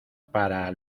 para